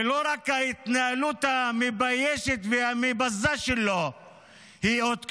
ולא רק ההתנהלות המביישת והמבזה שלו היא אות קלון,